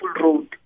road